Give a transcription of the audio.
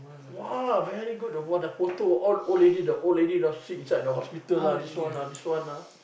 !wah! very good know the photo all old lady the old lady you know sit inside the hospital lah this one ah this one ah